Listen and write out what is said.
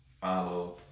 Follow